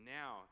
now